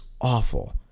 awful